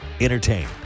Entertain